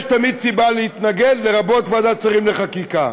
יש תמיד סיבה להתנגד, לרבות ועדת שרים לחקיקה.